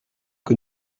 que